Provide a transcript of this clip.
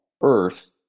Earth